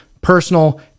personal